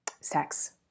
sex